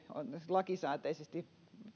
lakisääteisesti olisi